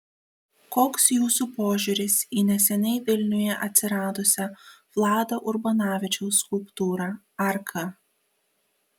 koks jūsų požiūris į neseniai vilniuje atsiradusią vlado urbanavičiaus skulptūrą arka